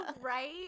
Right